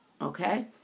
Okay